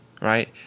right